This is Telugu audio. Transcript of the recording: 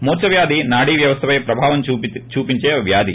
మూర్స వ్యాధి నాడీ వ్యవస్థ పై ప్రభావం చూపించే వ్యాధి